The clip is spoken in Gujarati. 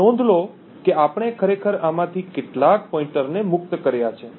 અને નોંધ લો કે આપણે ખરેખર આમાંથી કેટલાક પોઇન્ટરને મુક્ત કર્યા છે